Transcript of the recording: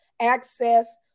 access